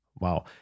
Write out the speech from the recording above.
Wow